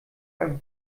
ein